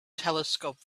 telescope